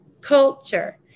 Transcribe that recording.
culture